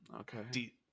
okay